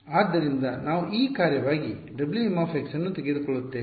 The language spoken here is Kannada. ಆದ್ದರಿಂದ ನಾವು ಈ ಕಾರ್ಯವಾಗಿ Wm ಅನ್ನು ತೆಗೆದುಕೊಳ್ಳುತ್ತೇವೆ